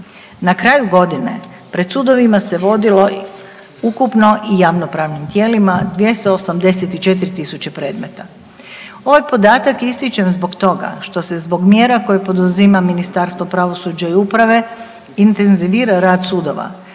Na kraju godine pred sudovima se vodilo ukupno i javnopravnim tijelima 284.000 predmeta. Ovaj podatak ističem zbog toga što se zbog mjera koje poduzima Ministarstvo pravosuđa i uprave intenzivira rad sudova,